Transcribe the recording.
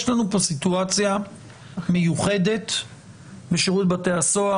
יש לנו פה סיטואציה מיוחדת בשירות בתי הכלא,